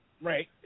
right